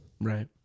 Right